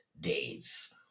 days